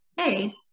hey